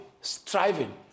striving